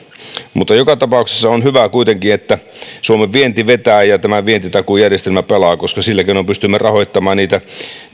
mutta joka tapauksessa on kuitenkin hyvä että suomen vienti vetää ja ja tämä vientitakuujärjestelmä pelaa koska silläkin me pystymme rahoittamaan niitä